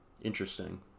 Interesting